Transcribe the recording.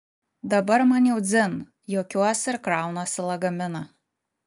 dabar man jau dzin juokiuosi ir kraunuosi lagaminą